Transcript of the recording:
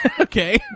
Okay